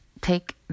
take